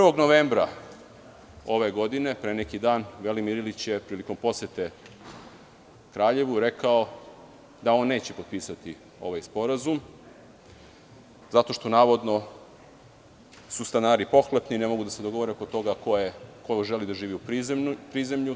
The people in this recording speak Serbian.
Dana, 1. novembra ove godine, dakle, pre neki dan, Velimir Ilić je prilikom posete Kraljevu rekao da on neće potpisati ovaj sporazum zato što, navodno, su stanari pohlepni i ne mogu da se dogovore oko toga ko želi da živi u prizemlju.